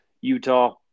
Utah